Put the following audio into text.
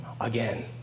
again